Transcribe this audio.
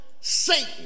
Satan